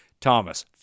Thomas